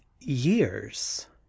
years